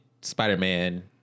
Spider-Man